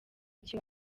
iki